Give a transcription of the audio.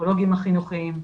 הפסיכולוגיים החינוכיים,